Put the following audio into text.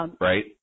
Right